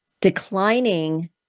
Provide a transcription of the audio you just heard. declining